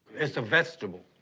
it's a vegetable.